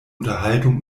unterhaltung